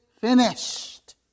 finished